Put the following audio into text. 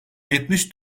yetmiş